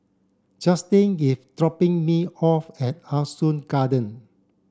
Justen is dropping me off at Ah Soo Garden